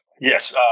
yes